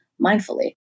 mindfully